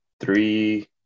three